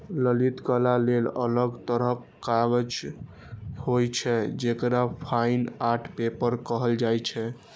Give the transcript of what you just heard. ललित कला लेल अलग तरहक कागज होइ छै, जेकरा फाइन आर्ट पेपर कहल जाइ छै